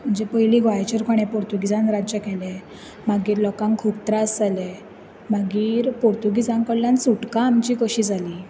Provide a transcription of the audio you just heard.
जे पयली गोंयाचेर कोणे पोर्तुगीजान राज्य केले मागीर लोकांक खूब त्रास जाले मागीर पोर्तुगीजांक कडल्यान सुटका आमची कशी जाली